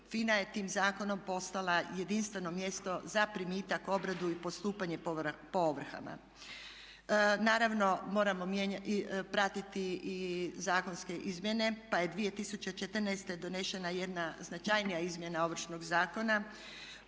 FINA je tim zakonom postala jedinstveno mjesto za primitak, obradu i postupanje po ovrhama. Naravno moramo pratiti i zakonske izmjene pa je 2014. donesena jedna značajnija izmjena Ovršnog zakona